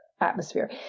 atmosphere